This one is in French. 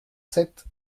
sept